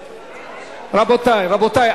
רבותי, רבותי.